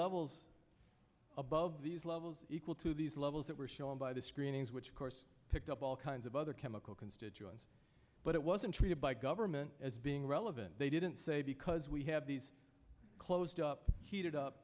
levels above these levels equal to these levels that were shown by the screenings which of course picked up all kinds of other chemical constituents but it wasn't treated by government as being relevant they didn't say because we have these closed up heated up